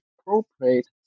appropriate